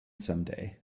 someday